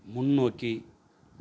முன்னோக்கி